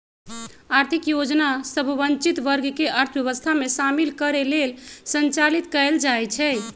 आर्थिक योजना सभ वंचित वर्ग के अर्थव्यवस्था में शामिल करे लेल संचालित कएल जाइ छइ